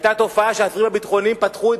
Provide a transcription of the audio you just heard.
היתה תופעה שהאסירים הביטחוניים פתחו את